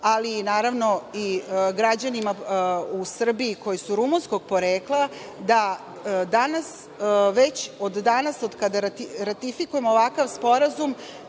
ali, naravno, i građanima u Srbiji koji su rumunskog porekla. Već od danas, od kad ratifikujemo ovakav sporazum,